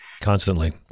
Constantly